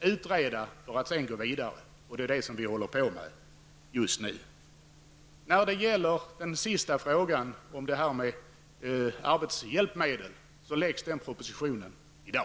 och utreda för att sedan gå vidare. Det är vad vi håller på med just nu. Allra sist om arbetshjälpmedel: Propositionen om sådana läggs fram i dag.